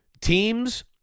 teams